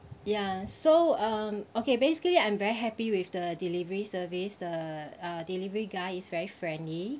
ya so um okay basically I'm very happy with the delivery service the uh delivery guy is very friendly